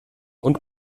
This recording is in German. und